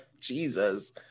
Jesus